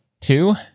two